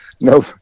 no